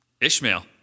Ishmael